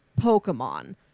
Pokemon